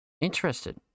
Interested